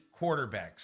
quarterbacks